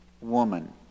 woman